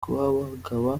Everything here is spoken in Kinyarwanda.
igitero